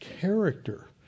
character